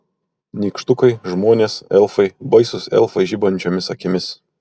nykštukai žmonės elfai baisūs elfai žibančiomis akimis